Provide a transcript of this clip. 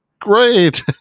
great